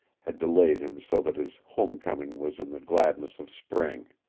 had delayed him so that his home coming was in the gladness of spring.